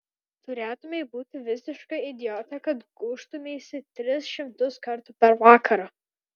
turėtumei būti visiška idiote kad gūžtumeisi tris šimtus kartų per vakarą